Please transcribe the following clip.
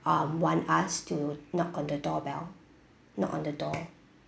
um want us to knock on the door bell knock on the door